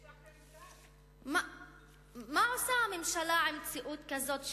יש לכם מה עושה הממשלה עם מציאות כזאת,